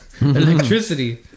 Electricity